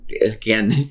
again